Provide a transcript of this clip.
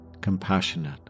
compassionate